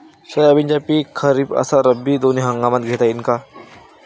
सोयाबीनचं पिक खरीप अस रब्बी दोनी हंगामात घेता येईन का?